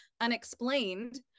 unexplained